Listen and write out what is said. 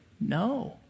no